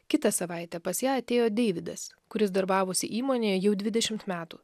kitą savaitę pas ją atėjo deividas kuris darbavosi įmonėje jau dvidešimt metų